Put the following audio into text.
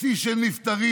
שיא של נפטרים,